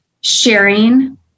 sharing